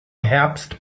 herbst